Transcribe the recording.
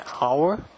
hour